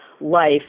life